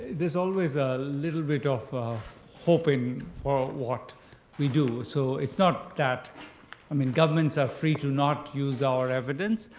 there's always a little bit of hoping for ah what we do. so it's not that i mean, governments are free to not use our evidence.